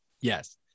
Yes